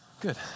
Good